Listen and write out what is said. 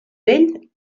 vell